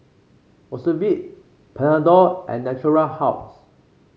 Ocuvite Panadol and Natura House